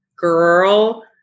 girl